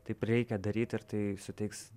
taip reikia daryt ir tai suteiks